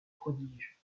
prodige